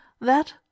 That